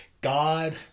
God